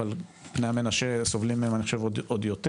אבל בני המנשה סובלים מהם אני חושב עוד יותר,